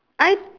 I